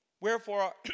Wherefore